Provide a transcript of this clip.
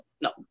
No